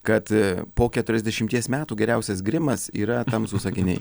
kad po keturiasdešimties metų geriausias grimas yra tamsūs akiniai